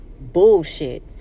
bullshit